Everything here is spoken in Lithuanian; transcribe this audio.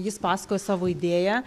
jis pasakojo savo idėją